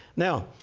now,